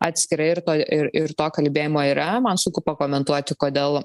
atskirai ir to ir ir to kalbėjimo yra man sunku pakomentuoti kodėl